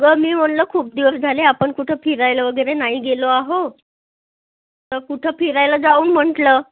अगं मी म्हणलं खूप दिवस झाले आपण कुठं फिरायला वगैरे नाही गेलो आहो तर कुठं फिरायला जाऊ म्हटलं